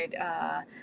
right